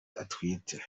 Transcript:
atwite